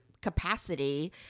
capacity